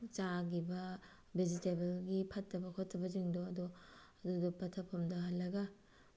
ꯆꯥꯈꯤꯕ ꯚꯦꯖꯤꯇꯦꯕꯜꯒꯤ ꯐꯠꯇ ꯈꯣꯠꯇꯕ ꯁꯤꯡꯗꯣ ꯑꯗꯨ ꯑꯗꯨꯗꯣ ꯄꯠꯊ ꯄꯨꯝꯊꯍꯜꯂꯒ